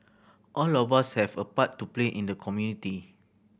all of us have a part to play in the community